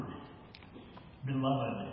Beloved